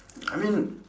I mean